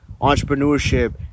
entrepreneurship